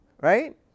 right